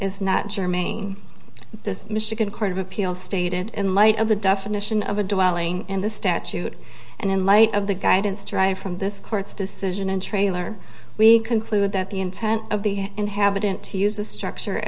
is not germane to this michigan court of appeal stated in light of the definition of a dwelling in the statute and in light of the guidance derived from this court's decision in trailer we conclude that the intent of the inhabitant to use the structure